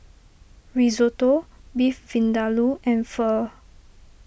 Risotto Beef Vindaloo and Pho